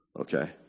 Okay